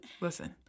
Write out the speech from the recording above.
Listen